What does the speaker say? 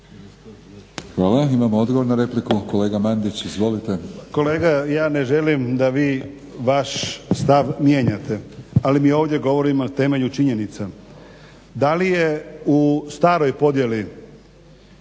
Hvala. Imamo odgovor na repliku, kolega Mandić izvolite.